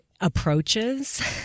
approaches